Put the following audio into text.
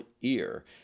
ear